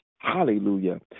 Hallelujah